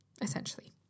essentially